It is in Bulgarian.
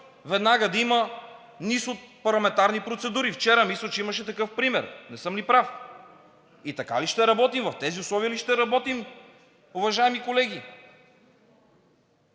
веднага да има низ от парламентарни процедури? Вчера, мисля, че имаше такъв пример. Не съм ли прав? Така ли ще работим, в тези условия ли ще работим, уважаеми колеги?